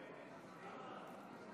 יואב קיש,